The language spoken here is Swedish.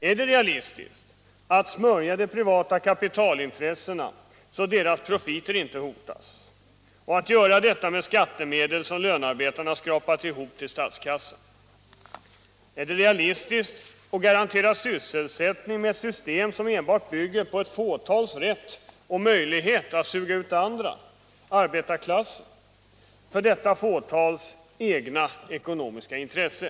Är det realistiskt att smörja de privata kapitalintressena så att deras profiter inte hotas, och att göra detta med skattemedel som lönarbetarna skrapat ihop till statskassan? Är det realistiskt att garantera sysselsättning med Vissa industri och ett system som enbart bygger på ett fåtals rätt och möjlighet att suga = sysselsättningsstiut andra — arbetarklassen — för detta fåtals egna ekonomiska intresse?